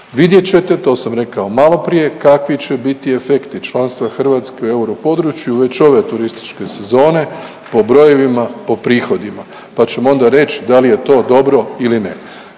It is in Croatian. Vidjet ćete, to sam rekao maloprije kakvi će biti efekti članstva Hrvatske u europodručju već ove turističke sezone po brojevima, po prihodima, pa ćemo onda reći da li je to dobro ili ne.